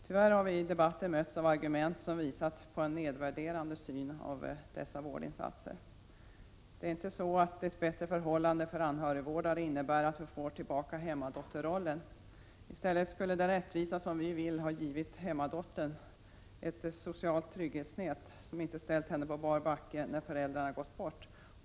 Tyvärr har vi i debatten mötts av argument som visat på en nedvärderande syn på dessa vårdinsatser. Det är inte så att ett bättre förhållande för anhörigvårdare innebär att vi får tillbaka hemmadotterrollen. I stället skulle den rättvisa som vi önskar ge hemmadottern ett socialt trygghetsnät som inte ställer henne på bar backe när föräldrarna går bort.